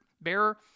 bearer